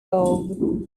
old